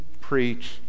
preach